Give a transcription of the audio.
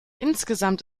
insgesamt